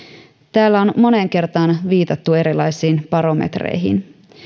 täällä on moneen kertaan viitattu erilaisiin barometreihin